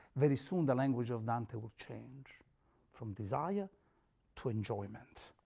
very soon the language of dante will change from desire to enjoyment.